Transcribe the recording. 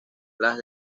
las